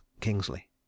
Kingsley